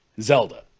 Zelda